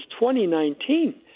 2019